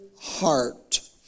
heart